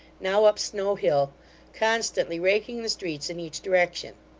now up snow hill constantly raking the streets in each direction.